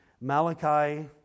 Malachi